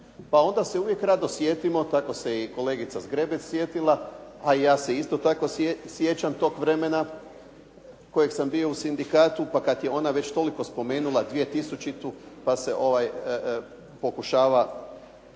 pa onda se uvijek rado sjetimo, tako se i kolegica Zgrebec sjetila, a i ja se isto tako sjećam tog vremena kojeg sam bio u sindikatu, pa kad je ona već toliko spomenula 2000. pa se pokušava